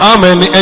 Amen